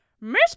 Miss